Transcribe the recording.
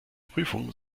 prüfung